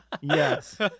Yes